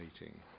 meeting